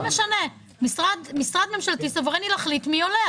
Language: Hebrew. לא משנה, משרד ממשלתי סוברני להחליט מי עולה.